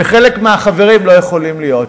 וחלק מהחברים לא יכולים להיות שם.